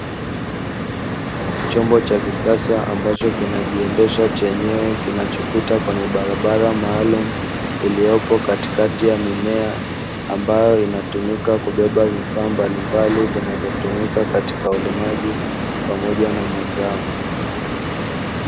Chombo cha kisasa ambacho kinajiendesha chenyewe kinachopita kwenye barabara maalumu iliyopo katikati ya mimea, ambayo inatumika kubeba vifaa mbalimbali vinavyotumika katika ulimaji, pamoja na mazao.